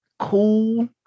cool